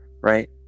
Right